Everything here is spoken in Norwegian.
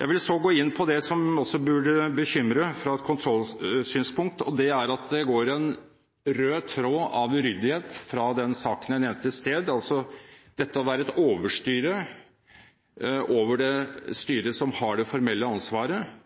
Jeg vil så gå inn på det som også burde bekymre fra et kontrollsynspunkt. Det er at det går en rød tråd av uryddighet fra den saken jeg nevnte i sted – det å være et overstyre over det styret som har det formelle ansvaret